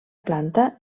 planta